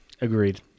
Agreed